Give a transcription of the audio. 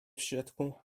środku